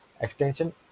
extension